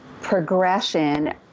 progression